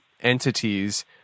entities